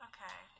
Okay